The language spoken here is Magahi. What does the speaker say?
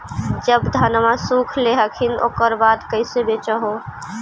जब धनमा सुख ले हखिन उकर बाद कैसे बेच हो?